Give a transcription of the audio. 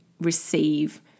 receive